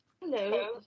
Hello